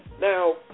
Now